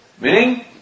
meaning